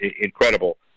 incredible